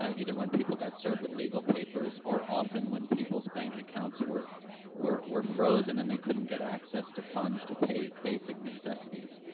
ah either when people got served with legal papers or, often, when people's bank accounts were were were frozen, and they couldn't get access to funds to pay basic necessities.